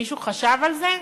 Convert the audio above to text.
מישהו חשב על זה?